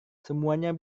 semuanya